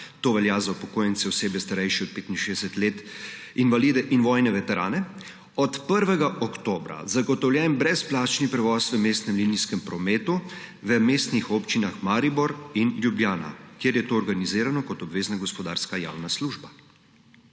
to velja za upokojence, osebe, starejše od 65 let, invalide in vojne veterane – od 1. oktobra zagotovljen brezplačni prevoz v mestnem linijskem prometu v mestnih občinah Maribor in Ljubljana, kjer je to organizirano kot obvezna gospodarska javna služba.